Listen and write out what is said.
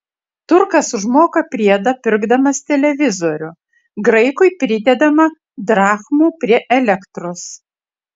turkas užmoka priedą pirkdamas televizorių graikui pridedama drachmų prie elektros